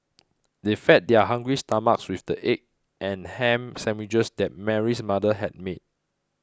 they fed their hungry stomachs with the egg and ham sandwiches that Mary's mother had made